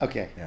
Okay